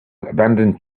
abandoned